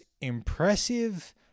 impressive